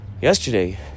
yesterday